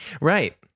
Right